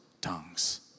tongues